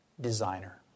designer